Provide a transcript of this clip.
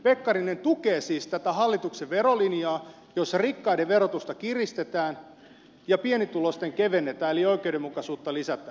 pekkarinen tukee siis tätä hallituksen verolinjaa jossa rikkaiden verotusta kiristetään ja pienituloisten kevennetään eli oikeudenmukaisuutta lisätään